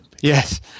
Yes